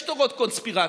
יש תורות קונספירציה,